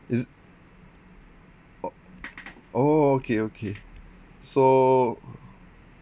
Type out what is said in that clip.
is o~ oh okay okay so